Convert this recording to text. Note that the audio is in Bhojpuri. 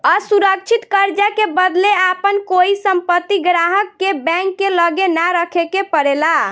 असुरक्षित कर्जा के बदले आपन कोई संपत्ति ग्राहक के बैंक के लगे ना रखे के परेला